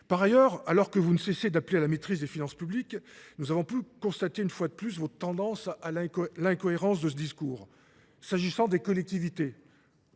Par ailleurs, alors que vous ne cessez d'appeler la maîtrise des finances publiques, nous avons pu constater une fois de plus votre tendance à l'incohérence de ce discours, s'agissant des collectivités.